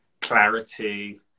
clarity